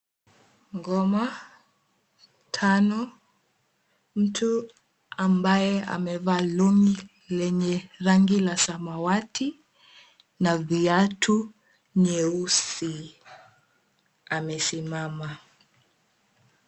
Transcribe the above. Ngoma tano, mtu ambaye amevaa long'i lenye rangi la samawati na viatu nyeusi amesimama